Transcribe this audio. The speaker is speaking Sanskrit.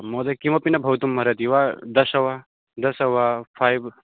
महोदय किमपि न भवितुम् अर्हति वा दश वा दश वा फ़ैव्